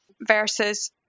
versus